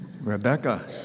Rebecca